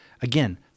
again